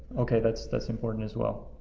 okay, that's that's important as well.